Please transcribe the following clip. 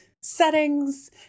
settings